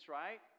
right